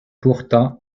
pourtant